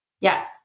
Yes